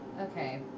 Okay